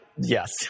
Yes